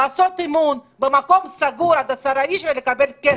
לעשות אימון במקום סגור לעד עשרה איש ולקבל כסף.